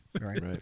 Right